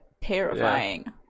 terrifying